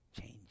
change